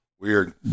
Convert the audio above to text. Weird